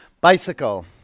Bicycle